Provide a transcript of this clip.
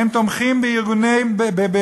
הם תומכים בממשלים,